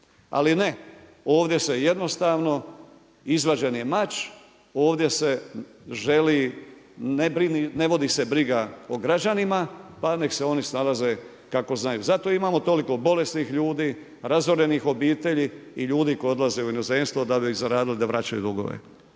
Ali ne, ovdje se jednostavno izvađen je mač, ovdje se želi, ne vodi se briga o građanima, pa nek' se oni snalaze kako znaju. Zato imamo toliko bolesnih ljudi, razorenih obitelji i ljudi koji odlaze u inozemstvo da bi zaradili da vraćaju dugove.